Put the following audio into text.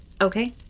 Okay